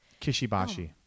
Kishibashi